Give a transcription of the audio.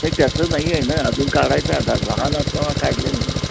नाही त्याचं नाही आहे ना अजून काढायचं आहे आधार लहान असल्यामुळं काढले नाही